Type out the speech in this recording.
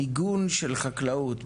מיגון של חקלאות,